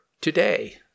today